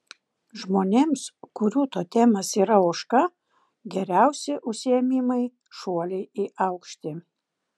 žmonėms kurių totemas yra ožka geriausi užsiėmimai šuoliai į aukštį